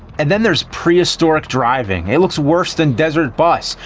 and then there's prehistoric driving. it looks worse than desert bus.